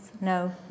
No